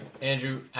andrew